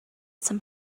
some